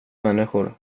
människor